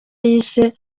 yise